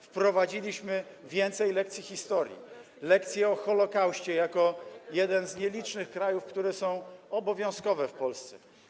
Wprowadziliśmy więcej lekcji historii, lekcje o Holokauście - jako jeden z nielicznych krajów - które są obowiązkowe w Polsce.